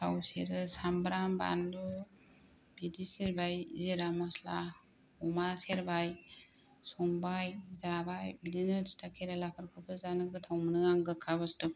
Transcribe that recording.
थाव सेरो सामब्राम बानलु बिदि सेरबाय जिरा मस्ला अमा सेरबाय संबाय जाबाय बिदिनो तिथा केरेलाफोरखौबो जानो गोथव मोनो आङो गोखा बुस्तुफोरखौ